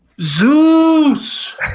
Zeus